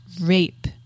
rape